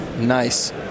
Nice